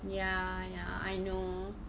ya I know